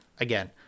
again